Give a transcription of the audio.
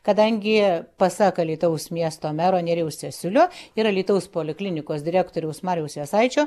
kadangi pasak alytaus miesto mero nerijaus cesiulio ir alytaus poliklinikos direktoriaus mariaus jasaičio